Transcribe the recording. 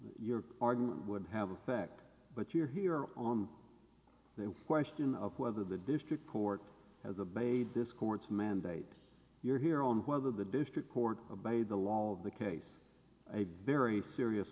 your argument would have effect but you're here on the question of whether the district court as a basis courts mandate you're here on whether the district court obeyed the law of the case a very serious